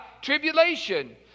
tribulation